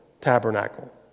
tabernacle